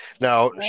now